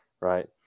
right